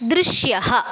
दृश्यः